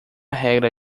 regra